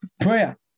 prayer